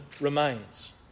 remains